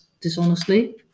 dishonestly